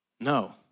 No